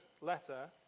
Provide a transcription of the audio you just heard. letter